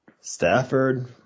Stafford